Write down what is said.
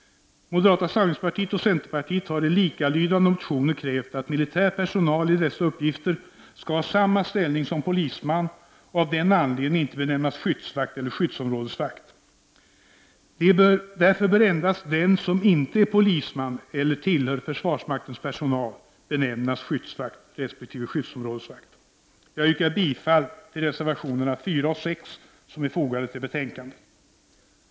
Moderata samlingspartiet och centerpartiet har i likalydande motioner krävt att militär personal i dessa uppgifter skall ha samma ställning som polisman och av den anledningen inte benämnas skyddsvakt eller skyddsområdesvakt. Därför bör endast den som inte är polisman eller tillhör försvarsmaktens personal benämnas skyddsvakt resp. skyddsområdesvakt. Jag yrkar bifall till reservationerna 4 och 6, som är fogade till betänkandet.